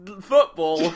football